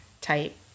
type